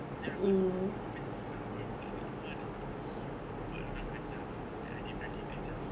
then selepas itu even if kalau dia orang work out kat rumah nanti mak dia orang kacau or like adik beradik kacau